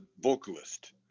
vocalist